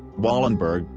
wallenberg,